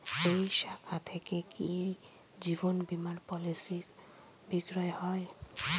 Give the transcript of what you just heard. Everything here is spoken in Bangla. এই শাখা থেকে কি জীবন বীমার পলিসি বিক্রয় হয়?